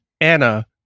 Anna